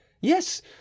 yes